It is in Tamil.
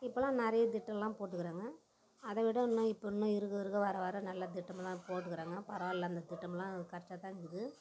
இப்போல்லாம் நிறைய திட்டெல்லாம் போட்டுக்கிறாங்க அதைவிட இன்னும் இப்போ இன்னும் இருக்கற இருக்கற வர வர நல்ல திட்டமெல்லாம் போட்டுக்கிறாங்க பரவாயில்ல அந்த திட்டமெல்லாம் கரெக்டாக தான் இருக்குது